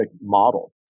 model